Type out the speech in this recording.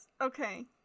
Okay